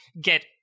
get